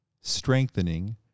strengthening